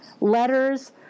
letters